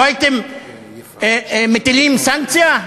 לא הייתם מטילים סנקציה?